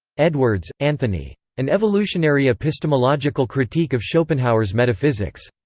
edwards, anthony. an evolutionary epistemological critique of schopenhauer's metaphysics.